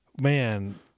Man